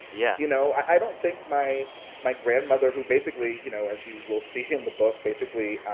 yeah you know? i don't think my my grandmother, who basically you know, as you will see in the book, basically